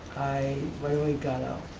i right away got up.